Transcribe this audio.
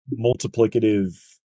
multiplicative